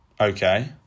Okay